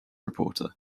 reporter